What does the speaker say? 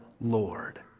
Lord